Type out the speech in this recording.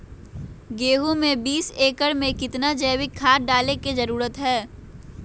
गेंहू में बीस एकर में कितना जैविक खाद डाले के जरूरत है?